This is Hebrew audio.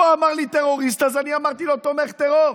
הוא אמר לי טרוריסט, אז אני אמרתי לו תומך טרור.